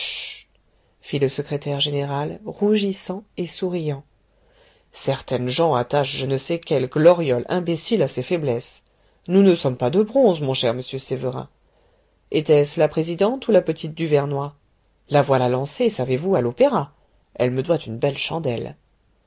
fit le secrétaire général rougissant et souriant certaines gens attachent je ne sais quelle gloriole imbécile à ces faiblesses nous ne sommes pas de bronze mon cher monsieur sévérin etait-ce la présidente ou la petite duvernoy la voilà lancée savez-vous à l'opéra elle me doit une belle chandelle